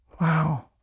Wow